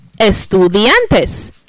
estudiantes